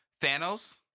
Thanos